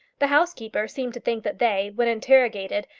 the housekeeper seemed to think that they, when interrogated,